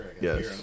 Yes